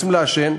רוצים לעשן,